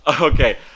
Okay